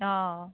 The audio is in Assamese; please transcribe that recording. অঁ